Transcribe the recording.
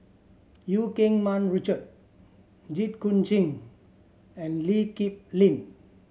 Eu Keng Mun Richard Jit Koon Ch'ng and Lee Kip Lin